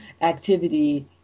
activity